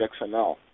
XML